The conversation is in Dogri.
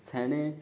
स्याने